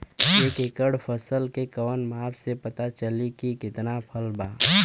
एक एकड़ फसल के कवन माप से पता चली की कितना फल बा?